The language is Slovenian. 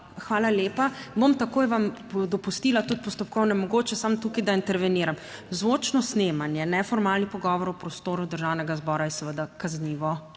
Hvala lepa. Bom takoj vam dopustila tudi postopkovno. Naj tu samo interveniram: zvočno snemanje neformalnega pogovora v prostoru Državnega zbora je seveda kaznivo